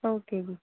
okay ਜੀ